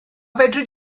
fedri